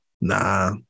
Nah